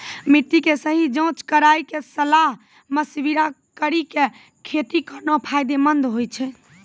मिट्टी के सही जांच कराय क सलाह मशविरा कारी कॅ खेती करना फायदेमंद होय छै